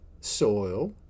soil